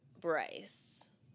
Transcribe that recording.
Bryce